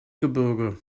gebirge